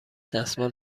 دستمال